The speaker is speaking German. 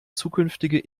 zukünftige